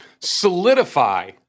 solidify